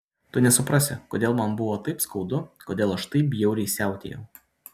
tu nesuprasi kodėl man buvo taip skaudu kodėl aš taip bjauriai siautėjau